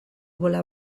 bola